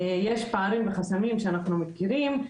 יש פערים וחסמים שאנחנו מכירים,